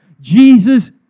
Jesus